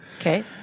Okay